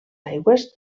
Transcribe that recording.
aigües